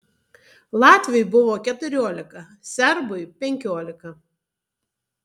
latviui buvo keturiolika serbui penkiolika